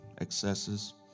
excesses